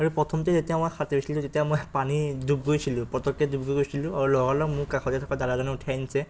আৰু প্ৰথমতে যেতিয়া মই সাঁতুৰিছিলোঁ তেতিয়া মই পানীত ডুব গৈছিলোঁ পটককৈ ডুব গৈ গৈছিলোঁ আৰু লগালগ লগত মোক কাষতে দাদাজনে উঠাই আনিছে